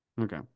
okay